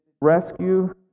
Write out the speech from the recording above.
rescue